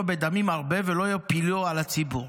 בדמים הרבה ולא יפילהו על הציבור".